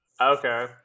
Okay